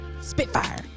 Spitfire